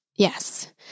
Yes